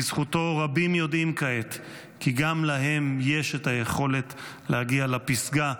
בזכותו רבים יודעים כעת כי גם להם יש את היכולת להגיע לפסגה,